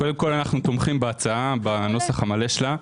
קודם כל, אנחנו תומכים בהצעה, בנוסח המלא שלה.